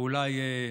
או אולי,